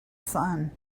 son